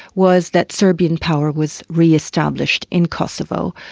was that serbian power was re-established in kosovo,